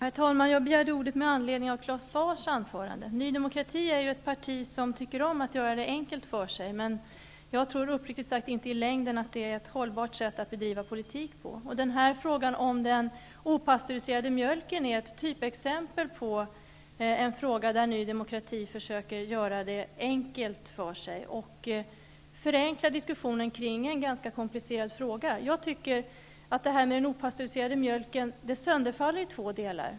Herr talman! Jag begärde ordet med anledning av Ny demokrati är ju ett parti som tycker om att göra det enkelt för sig. Men jag tror uppriktigt sagt att det i längden inte är ett hållbart sätt att bedriva politik. Frågan om den opastöriserade mjölken är ett typexempel på en fråga där Ny demokrati försöker att göra det enkelt för sig och förenkla diskussionen i en ganska komplicerad fråga. Frågan om den opastöriserade mjölken sönderfaller i två delar.